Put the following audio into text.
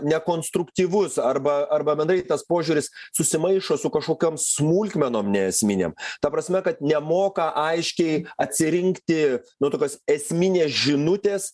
nekonstruktyvus arba arba bendrai tas požiūris susimaišo su kažkokiom smulkmenom neesminėm ta prasme kad nemoka aiškiai atsirinkti nu tokios esminės žinutės